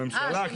כן.